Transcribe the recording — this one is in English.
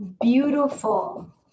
beautiful